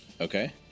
Okay